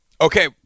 Okay